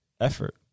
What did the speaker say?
effort